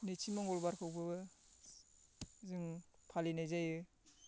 नैथि मंगलबारखौबो जों फालिनाय जायो